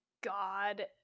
God